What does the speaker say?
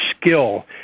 skill